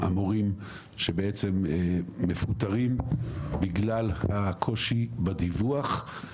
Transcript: המורים שבעצם מפוטרים בגלל הקושי בדיווח.